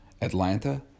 Atlanta